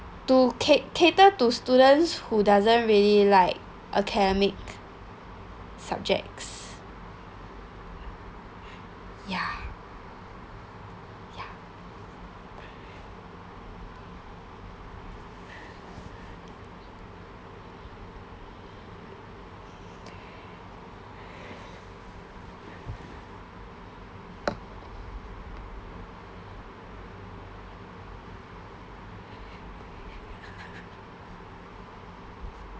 to ca~ cater to students who doesn't really like academic subjects ya ya